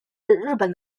日本